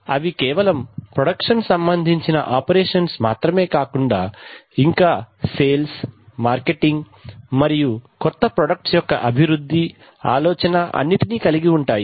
అవి కేవలం ప్రొడక్షన్ సంబంధించిన ఆపరేషన్స్ మాత్రమే కాకుండా ఇంకా సేల్స్ మార్కెటింగ్ మరియు కొత్త ప్రొడక్ట్స్ యొక్క అభివృద్ధి ఆలోచన అన్నిటినీ కలిగి ఉంటాయి